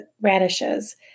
radishes